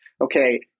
okay